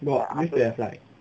got means that like